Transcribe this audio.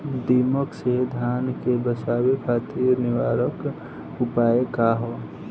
दिमक से धान के बचावे खातिर निवारक उपाय का ह?